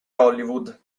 hollywood